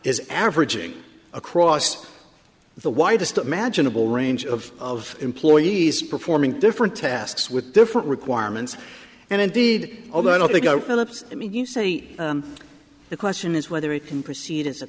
is averaging across the widest imaginable range of employees performing different tasks with different requirements and indeed although i don't think i i mean you say the question is whether it can proceed as a